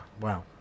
wow